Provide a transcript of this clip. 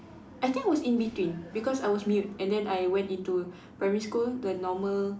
I think I was in between because I was mute and then I went into primary school the normal